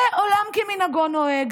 ועולם כמנהגו נוהג.